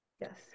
Yes